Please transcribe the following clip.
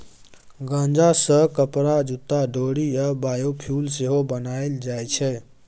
गांजा सँ कपरा, जुत्ता, डोरि आ बायोफ्युल सेहो बनाएल जाइ छै